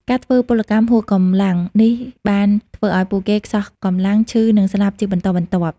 ការធ្វើពលកម្មហួសកម្លាំងនេះបានធ្វើឲ្យពួកគេខ្សោះកម្លាំង ឈឺ និងស្លាប់ជាបន្តបន្ទាប់។